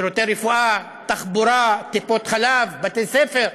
שירותי רפואה, תחבורה, טיפות חלב, בתי ספר,